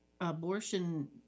abortion